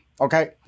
okay